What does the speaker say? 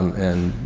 and,